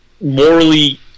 morally